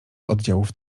oddziałów